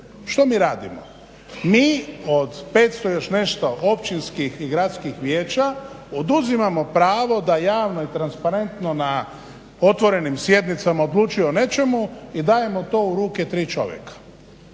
Što mi radimo, mi od 500 i još nešto općinskih i gradskih vijeća oduzimamo pravo da javno i transparentno na otvorenim sjednicama odlučuju o nečemu i dajemo to u ruke tri čovjeka.